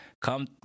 Come